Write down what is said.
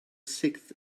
sixth